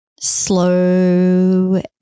Slow